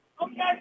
Okay